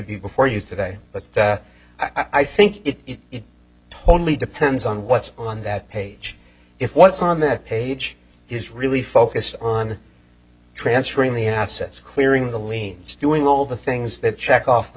be before you today but that i think it is totally depends on what's on that page if what's on that page is really focused on transferring the assets clearing the lanes doing all the things that check off the